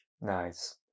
Nice